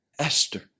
Esther